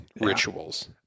rituals